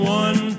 one